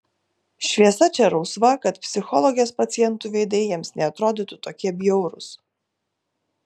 šviesa čia rausva kad psichologės pacientų veidai jiems neatrodytų tokie bjaurūs